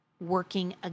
working